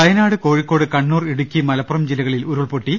Wayanad Kozhikode Kannur Idukki Malappuram ജില്ലകളിൽ ഉരുൾപൊട്ടി